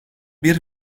bir